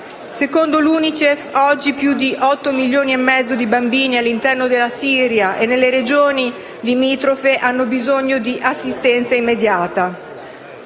Secondo l'UNICEF, oggi più di 8,5 milioni di bambini all'interno della Siria e nelle regioni limitrofe hanno bisogno di assistenza immediata.